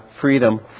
freedom